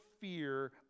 fear